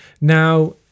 Now